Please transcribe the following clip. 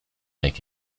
make